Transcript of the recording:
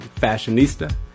Fashionista